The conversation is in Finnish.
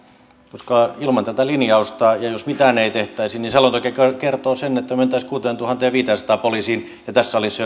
koska ilman tätä linjausta ja sitä että mitään ei tehtäisi selonteko kertoo sen että mentäisiin kuuteentuhanteenviiteensataan poliisiin tässä salissa